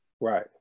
Right